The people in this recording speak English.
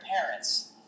parents